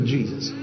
Jesus